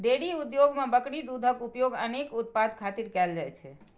dairy उद्योग मे बकरी दूधक उपयोग अनेक उत्पाद खातिर कैल जाइ छै